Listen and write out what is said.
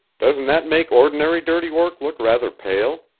doesn't that make ordinary dirty work look rather pale?